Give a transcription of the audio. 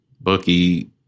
Bucky